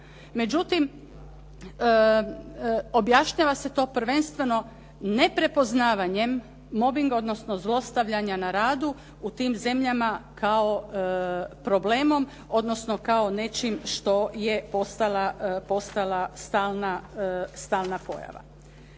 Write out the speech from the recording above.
Međutim, objašnjavanja se to prvenstveno neprepoznavanjem mobinga odnosno zlostavljanja na radu u tim zemljama kao problemom odnosno kao nečim što je postala stalna pojava.